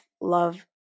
love